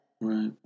Right